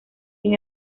sin